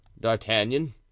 D'Artagnan